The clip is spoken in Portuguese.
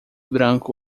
branco